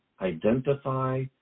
identify